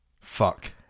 fuck